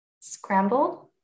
Scrambled